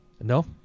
no